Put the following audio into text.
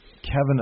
Kevin